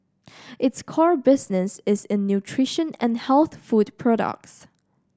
its core business is in nutrition and health food products